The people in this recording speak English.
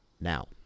now